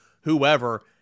whoever